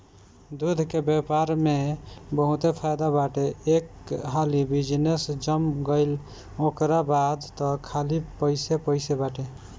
दूध के व्यापार में बहुते फायदा बाटे एक हाली बिजनेस जम गईल ओकरा बाद तअ खाली पइसे पइसे बाटे